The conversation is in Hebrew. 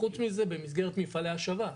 חוץ מזה במסגרת מפעלי השבה,